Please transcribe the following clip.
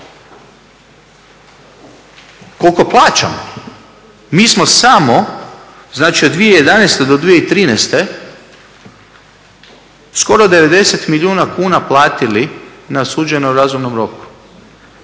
Koliko plaćamo? Mi smo samo, znači od 2011. do 2013. skoro 90 milijuna kuna platili na suđenje u razumnom roku.